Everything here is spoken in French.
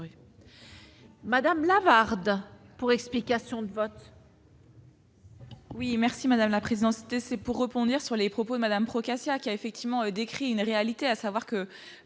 Lavarde, pour explication de vote.